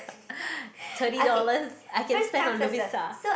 thirty dollars I can spend on Lovisa